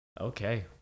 okay